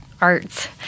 Arts